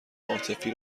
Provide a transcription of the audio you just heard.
عاطفی